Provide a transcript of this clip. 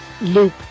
loop